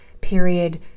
period